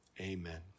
amen